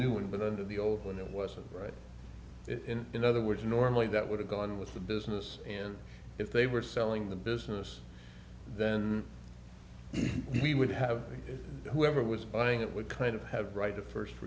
new england of the old and it wasn't right in other words normally that would have gone with the business and if they were selling the business then he would have whoever was buying it would kind of have a right of first